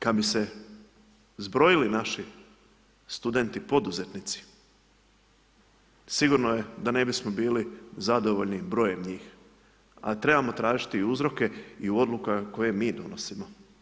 Kada bi se zborili naši studenti poduzetnici, sigurno da ne bismo bili zadovoljni brojem njih, a trebamo tražiti uzroke i odluke koje mi donosimo.